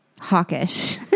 hawkish